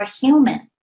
human